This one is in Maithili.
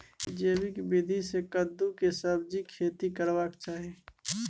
जैविक विधी से कद्दु के सब्जीक खेती करबाक चाही?